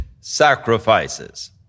sacrifices